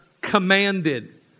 commanded